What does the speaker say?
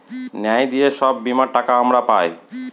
ন্যায় দিয়ে সব বীমার টাকা আমরা পায়